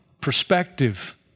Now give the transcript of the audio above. perspective